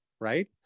right